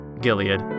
Gilead